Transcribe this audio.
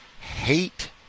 hate